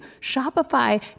Shopify